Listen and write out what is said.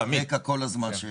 ברמה עולמית.